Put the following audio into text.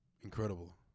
Incredible